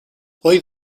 pwy